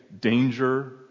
danger